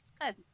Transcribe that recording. good